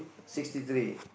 sixty three